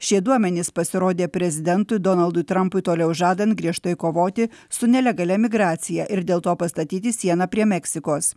šie duomenys pasirodė prezidentui donaldui trumpui toliau žadant griežtai kovoti su nelegalia migracija ir dėl to pastatyti sieną prie meksikos